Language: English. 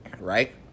right